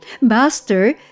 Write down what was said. Master